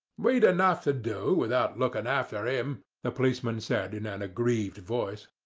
we'd enough to do without lookin' after him, the policeman said, in an aggrieved voice.